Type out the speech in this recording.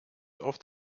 oft